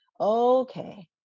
Okay